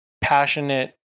passionate